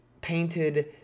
painted